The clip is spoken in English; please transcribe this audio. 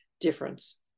difference